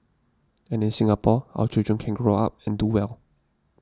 and in Singapore our children can grow up and do well